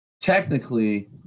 technically